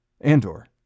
Andor